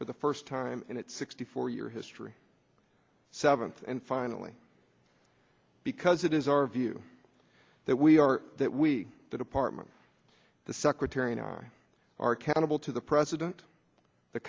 for the first time in its sixty four year history seventh and finally because it is our view that we are that we the department the secretary and are accountable to the president the